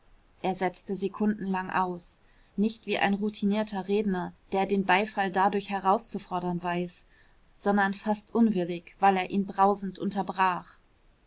er setzte sekundenlang aus nicht wie ein routinierter redner der den beifall dadurch herauszufordern weiß sondern fast unwillig weil er ihn brausend unterbrach